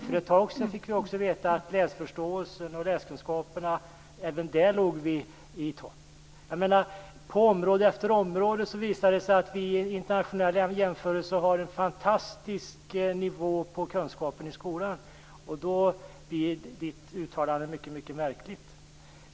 För ett tag sedan fick vi också veta att vi låg i topp vad gäller läsförståelsen och läskunskaperna. På område efter område visar det sig att vi vid internationella jämförelser har en fantastisk nivå på kunskapen i skolan. Då blir Sten Anderssons uttalande mycket märkligt.